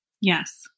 Yes